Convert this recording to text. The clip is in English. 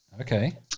Okay